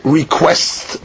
request